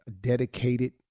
dedicated